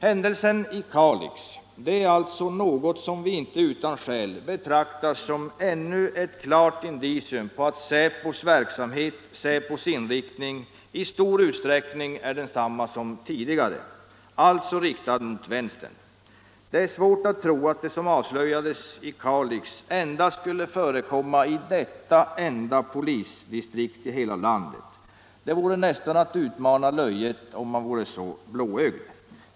Händelsen i Kalix är alltså något som vi inte utan skäl betraktar som ännu ett klart indicium på att inriktningen av säpos verksamhet i stor utsträckning är densamma som tidigare, alltså mot vänster. Det är svårt att tro att det som avslöjades i Kalix bara skulle förekomma i detta enda polisdistrikt i hela landet. Det vore nästan att utmana löjet om man vore så blåögd.